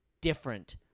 different